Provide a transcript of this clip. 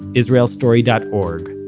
israelstory dot org,